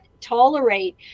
tolerate